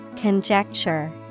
Conjecture